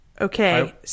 Okay